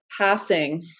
passing